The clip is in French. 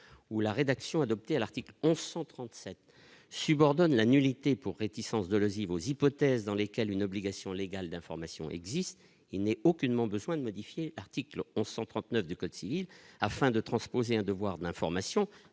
où la rédaction adoptée à l'article 1137 subordonne la nullité pour réticences de l'Asie vos hypothèses dans lesquelles une obligation légale d'information existe, il n'est aucunement besoin de modifier, article 1139 du code civil afin de transposer un devoir d'information